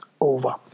over